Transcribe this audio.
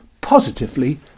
positively